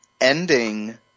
ending